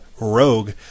rogue